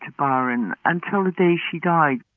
ah r-in until the day she died.